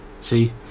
see